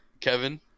Kevin